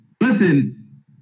listen